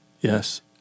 Yes